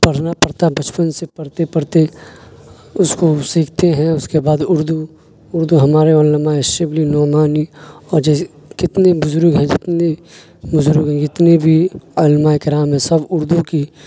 پڑھنا پڑتا ہے بچپن سے پڑھتے پڑھتے اس کو سیکھتے ہیں اس کے بعد اردو اردو ہمارے علامہ شبلی نعمانی اور جیسے کتنے بزرگ ہیں جتنے بزرگ ہیں کتنے بھی علماء کرام ہے سب اردو کی